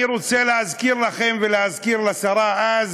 אני רוצה להזכיר לכם ולהזכיר לשרה מה